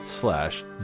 slash